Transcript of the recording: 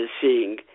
seeing